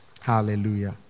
Hallelujah